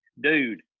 dude